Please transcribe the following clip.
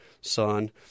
son